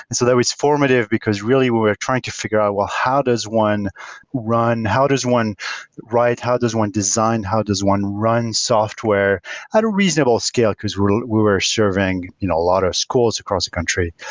and so that was formative, because really we're trying to figure out ah how does one run? how does one write? how does one design? how does one run software at a reasonable scale, because we were serving you know a lot of schools across the country.